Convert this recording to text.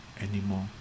anymore